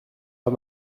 pas